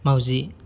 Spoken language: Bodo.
माउजि